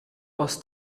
aus